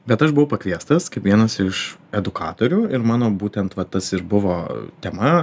bet aš buvau pakviestas kaip vienas iš edukatorių ir mano būtent va tas ir buvo tema